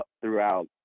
throughout